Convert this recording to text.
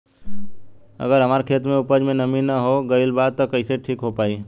अगर हमार खेत में उपज में नमी न हो गइल बा त कइसे ठीक हो पाई?